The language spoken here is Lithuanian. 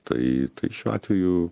tai tai šiuo atveju